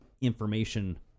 information